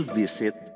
visit